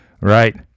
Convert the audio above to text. right